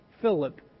Philip